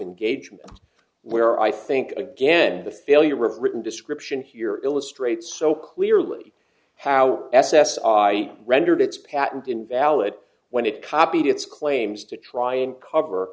gauge where i think again the failure of written descriptions your illustrate so clearly how s s r i rendered its patent invalid when it copied its claims to try and cover